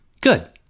Good